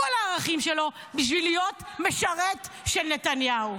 הערכים שלו בשביל להיות משרת של נתניהו.